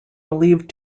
believed